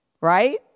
Right